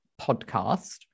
Podcast